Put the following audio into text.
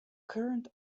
current